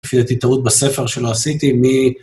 לפי דעתי טעות בספר שלא עשיתי מ...